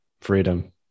freedom